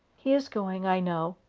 he is going, i know.